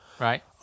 Right